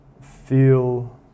feel